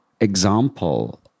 example